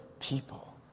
people